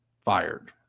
fired